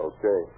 Okay